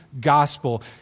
gospel